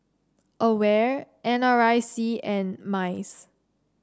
Aware N R I C and MICE